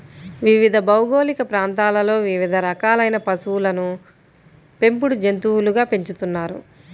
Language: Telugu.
వివిధ భౌగోళిక ప్రాంతాలలో వివిధ రకాలైన పశువులను పెంపుడు జంతువులుగా పెంచుతున్నారు